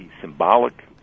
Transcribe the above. symbolic